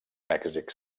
mèxic